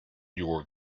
your